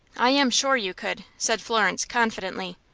i am sure you could, said florence, confidently.